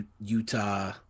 Utah